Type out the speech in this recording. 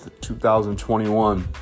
2021